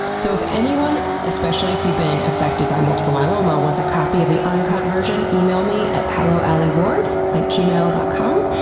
so, if anyone, especially if you've been affected by multiple myeloma, wants a copy of the uncut version, email me at helloalieward at gmail dot com.